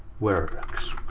works.